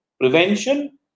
prevention